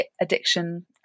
addiction